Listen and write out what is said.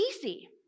easy